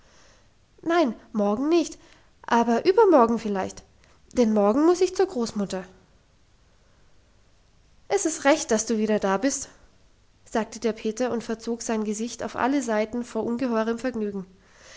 nein morgen nicht aber übermorgen vielleicht denn morgen muss ich zur großmutter es ist recht dass du wieder da bist sagte der peter und verzog sein gesicht auf alle seiten vor ungeheurem vergnügen